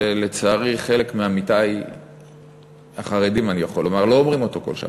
שלצערי חלק מעמיתי החרדים לא אומרים אותו כל שבת,